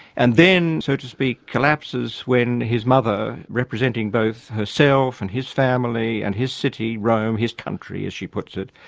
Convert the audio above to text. and then, so to speak, collapses when his mother, representing both herself and his family and his city, rome, his country as she puts it,